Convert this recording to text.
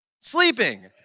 Sleeping